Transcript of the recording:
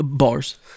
Bars